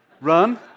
Run